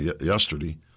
yesterday